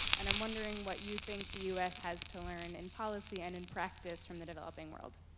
and i'm wondering what you think the u s. has to learn in policy and in practice from the developing world.